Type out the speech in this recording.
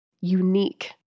unique